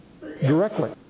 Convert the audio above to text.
directly